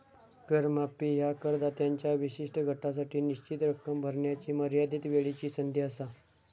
कर माफी ह्या करदात्यांच्या विशिष्ट गटासाठी निश्चित रक्कम भरण्याची मर्यादित वेळची संधी असा